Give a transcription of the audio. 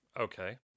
Okay